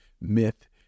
myth